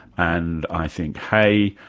and i think hey,